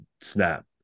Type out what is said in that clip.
snap